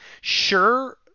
sure